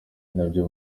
nabyo